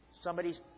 Somebody's